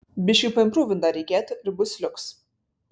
biškį paimprūvint dar reikėtų ir bus liuks